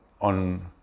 on